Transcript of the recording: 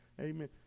Amen